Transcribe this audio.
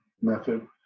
method